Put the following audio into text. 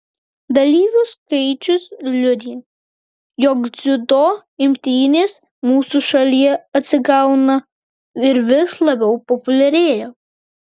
dalyvių skaičius liudija jog dziudo imtynės mūsų šalyje atsigauna ir vis labiau populiarėja